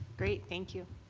great, thank you.